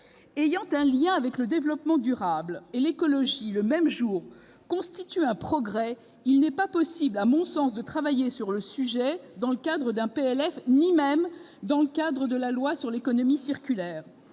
ayant un lien avec le développement durable et l'écologie le même jour constitue un progrès, il n'est pas possible à mon sens de travailler sur ce sujet lors de l'examen d'un projet de loi de finances ni même lors de celui de la loi sur l'économie circulaire.